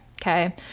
Okay